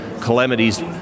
calamities